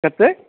केत्ते